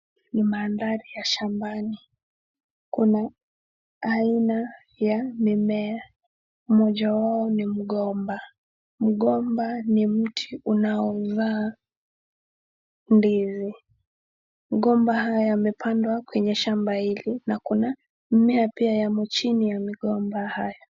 Ni mandhari ya shambani. Kuna aina ya mimea, mmoja wao ni mgomba. Mgomba ni mti unaozaa ndizi. Mgomba haya yamepandwa kwenye shamba hili na kuna mimea pia yamo chini ya migomba haya.